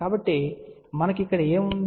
కాబట్టి మనకు ఇక్కడ ఏమి ఉంది